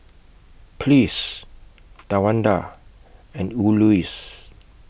Pleas Tawanda and Elouise